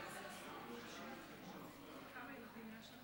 איציק, יש לך